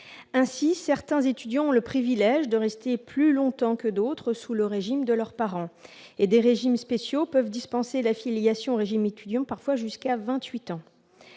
Ainsi, certains étudiants ont le privilège de rester plus longtemps que d'autres affiliés au régime de leurs parents. Des régimes spéciaux peuvent en effet dispenser d'affiliation au régime étudiant jusqu'à l'âge